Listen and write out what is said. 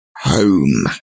home